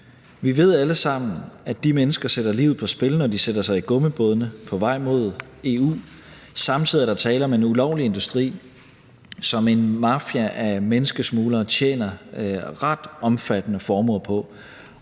Vi ved alle sammen, at de mennesker sætter livet på spil, når de sætter sig i gummibådene på vej mod EU. Samtidig er der tale om en ulovlig industri, som en mafia af menneskesmuglere tjener ret omfattende formuer på,